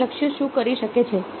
વિવિધ લક્ષ્યો શું કરી શકે છે